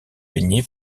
baigné